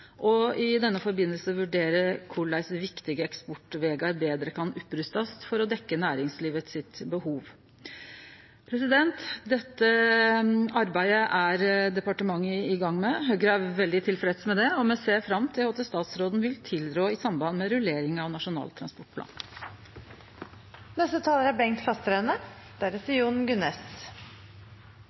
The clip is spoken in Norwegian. og i denne samanhengen vurdere korleis viktige eksportvegar betre kan rustast opp for å dekkje næringslivet sine behov. Dette arbeidet er departementet i gang med. Høgre er veldig tilfreds med det, og me ser fram til tilrådinga frå statsråden i samband med rullering av Nasjonal transportplan. Flere av representantene viser til 2010 og hva Senterpartiet gjorde da i forbindelse med fylkesveiene. Det er